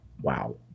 Wow